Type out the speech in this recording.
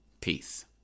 Peace